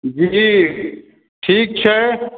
जी ठीक छै